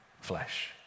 flesh